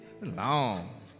Long